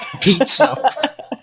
Pizza